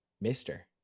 Mister